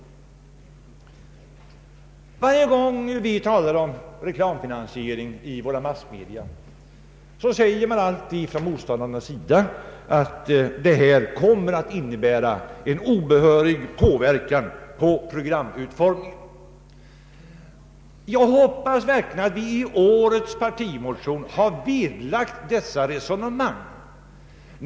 Varje gång vi talar om reklamfinansiering av massmedia säger man alltid från motståndarnas sida att detta kommer att innebära en obehörig påverkan på programutformningen. Jag hoppas verkligen att vi i årets partimotion har vederlagt dessa resonemang.